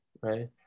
right